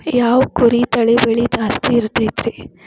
ಯಾವ ಕುರಿ ತಳಿ ಬೆಲೆ ಜಾಸ್ತಿ ಇರತೈತ್ರಿ?